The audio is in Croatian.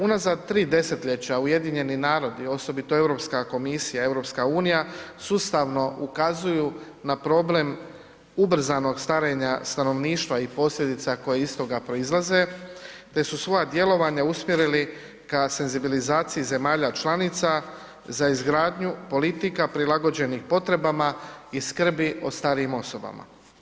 Unazad 3 desetljeća UN, osobito Europska komisija i EU sustavno ukazuju na problem ubrzanog starenja stanovništva i posljedica koje iz toga proizlaze, te su svoja djelovanja usmjerili ka senzibilizaciji zemalja članica za izgradnju politika prilagođenih potrebama i skrbi o starijim osobama.